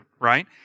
right